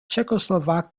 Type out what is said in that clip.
czechoslovak